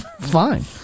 fine